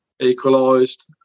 equalised